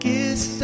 Kiss